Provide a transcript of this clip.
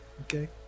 Okay